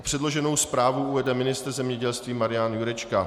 Předloženou zprávu uvede ministr zemědělství Marian Jurečka.